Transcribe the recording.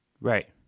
Right